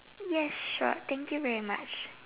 yes sure thank you very much